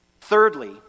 thirdly